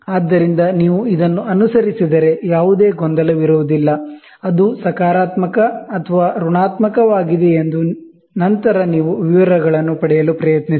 ಆದ್ದರಿಂದ ನೀವು ಇದನ್ನು ಅನುಸರಿಸಿದರೆ ಯಾವುದೇ ಗೊಂದಲವಿರುವುದಿಲ್ಲ ಅದು ಪಾಸಿಟಿವ್ ಅಥವಾ ನೆಗೆಟಿವ್ ಆಗಿದೆಯೆ ಎಂದು ನಂತರ ನೀವು ವಿವರಗಳನ್ನು ಪಡೆಯಲು ಪ್ರಯತ್ನಿಸಿ